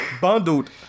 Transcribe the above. Bundled